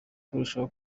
turushaho